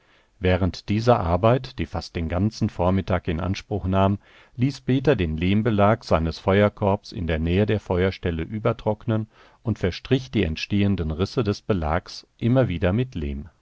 während dieser arbeit die fast den ganzen vormittag in anspruch nahm ließ peter den lehmbelag seines feuerkorbs in der nähe der feuerstelle übertrocknen und verstrich die entstehenden risse des belags immer wieder mit